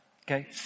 Okay